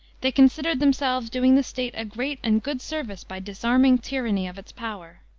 they considered themselves doing the state a great and good service by disarming tyranny of its power.